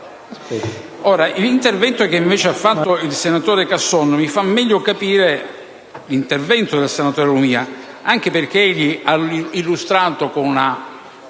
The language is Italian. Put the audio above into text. il senatore Casson mi fa meglio capire l'intervento del senatore Lumia, anche perché egli ha illustrato con